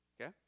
Okay